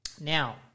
Now